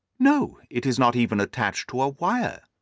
no, it is not even attached to a wire.